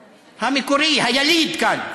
המקורי, היליד כאן.